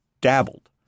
dabbled